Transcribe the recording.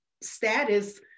status